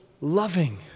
loving